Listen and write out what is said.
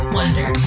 Wonder